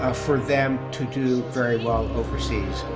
ah for them to do very well overseas